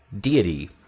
deity